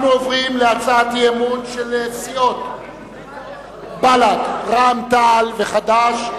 אנחנו עוברים להצעת האי-אמון של סיעות בל"ד רע"ם-תע"ל חד"ש,